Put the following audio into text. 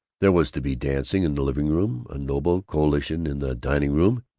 there was to be dancing in the living-room, a noble collation in the dining-room,